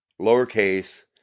lowercase